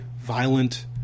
violent